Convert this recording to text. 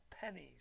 pennies